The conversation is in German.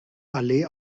allee